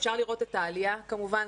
אפשר לראות את העלייה כמובן,